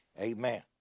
Amen